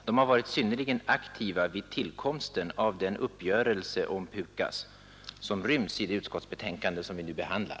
De har varit synnerligen aktiva vid tillkomsten av den uppgörelse om PUKAS som ryms i det utskottsbetänkande som vi nu behandlar.